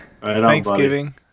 Thanksgiving